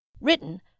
Written